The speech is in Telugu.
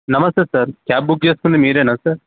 నమస్తే సార్ క్యాబ్ బుక్ చేసుకుంది మీరేనా సార్